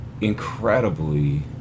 incredibly